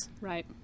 Right